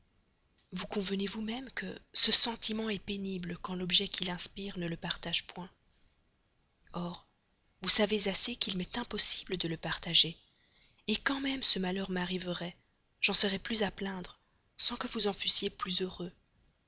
vous convenez vous-même que ce sentiment est pénible quand l'objet qui l'inspire ne le partage point or vous savez assez qu'il m'est impossible de le partager quand même ce malheur m'arriverait j'en serais plus à plaindre sans que vous en fussiez plus heureux